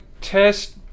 test